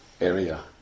area